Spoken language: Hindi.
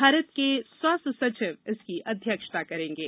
भारत के स्वास्थ्य सचिव इसकी अध्यक्षता करेंगे